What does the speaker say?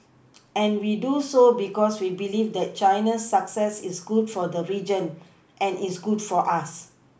and we do so because we believe that China's success is good for the region and is good for us